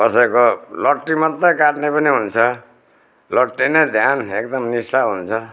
कसैको लटरी मात्रै काट्ने पनि हुन्छ लटरी नै ध्यान एकदम निसा हुन्छ